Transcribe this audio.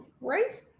Right